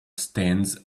stands